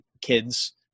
kids